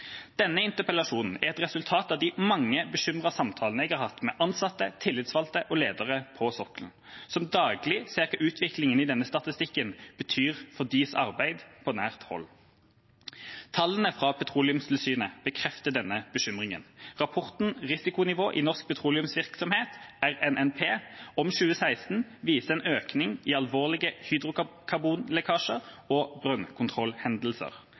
Denne interpellasjonen er et resultat av de mange bekymrede samtalene jeg har hatt med ansatte, tillitsvalgte og ledere på sokkelen, som daglig ser hva utviklingen i denne statistikken betyr for deres arbeid på nært hold. Tallene fra Petroleumstilsynet, Ptil, bekrefter denne bekymringen. Rapporten «Risikonivå i norsk petroleumsvirksomhet 2016» viser en økning i alvorlige hydrokarbonlekkasjer og brønnkontrollhendelser.